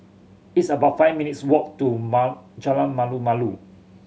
it's about five minutes' walk to Jalan Malu Malu